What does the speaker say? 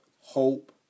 hope